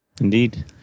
Indeed